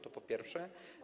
To po pierwsze.